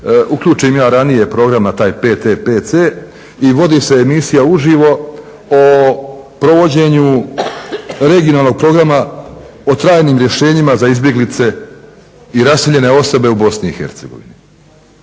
Uključim ja ranije program na taj PTPC i vodi se emisija uživo o provođenju regionalnog programa o trajnim rješenjima za izbjeglice i raseljene osobe u Bosni